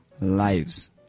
lives